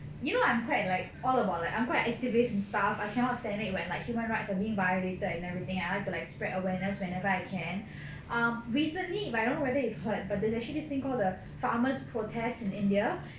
you know I'm quite like all about like I'm quite activist and stuff I cannot stand it when like human rights are being violated and everything I want to like spread awareness whenever I can err recently but I don't know whether you've heard but this actually this thing called the farmers protest in india